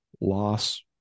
loss